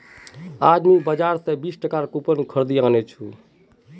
आज मुई बाजार स बीस टकार कूपन खरीदे आनिल छि